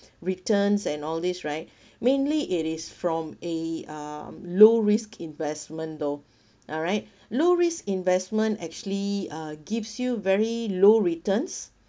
returns and all these right mainly it is from a um low risk investment though alright low risk investment actually uh gives you very low returns